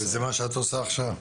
וזה מה שאת עושה עכשיו?